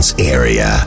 area